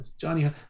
Johnny